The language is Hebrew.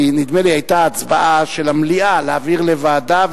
כי נדמה לי היתה הצבעה של המליאה להעביר לוועדה,